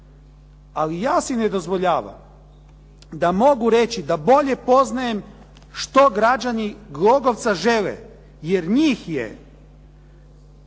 Ali ja si ne dozvoljavam da mogu reći da bolje poznajem što građani Glogovca žele, jer njih je